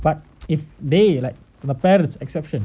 but if they like the parents exception